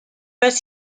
pas